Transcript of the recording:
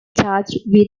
charged